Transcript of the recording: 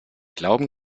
glauben